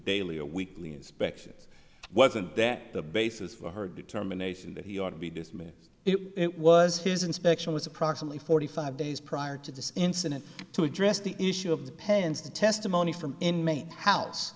daily or weekly inspections wasn't that the basis for her determination that he ought to be dismissed it was his inspection was approximately forty five days prior to the incident to address the issue of the parents the testimony from inmate house